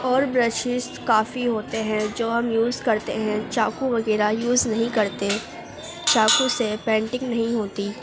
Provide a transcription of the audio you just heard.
اور برشیز کافی ہوتے ہیں جو ہم یوز کرتے ہیں چاقو وغیرہ یوز نہیں کرتے چاقو سے پینٹنگ نہیں ہوتی